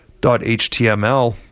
HTML